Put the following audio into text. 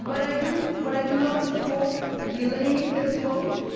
but i do but i do not support delaying this vote.